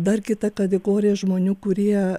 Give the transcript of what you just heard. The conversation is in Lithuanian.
dar kita kategorija žmonių kurie